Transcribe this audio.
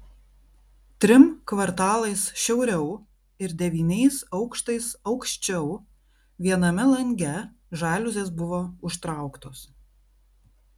trim kvartalais šiauriau ir devyniais aukštais aukščiau viename lange žaliuzės buvo užtrauktos